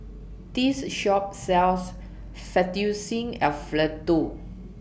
This Shop sells Fettuccine Alfredo